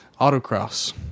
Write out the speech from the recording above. autocross